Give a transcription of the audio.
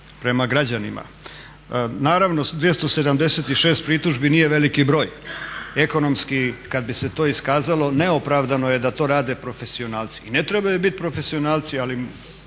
prema građanima. Naravno 276 pritužbi nije veliki broj. Ekonomski kada bi se to iskazalo neopravdano je da to rade profesionalci. I ne trebaju biti profesionalci ali